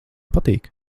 patīk